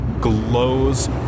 glows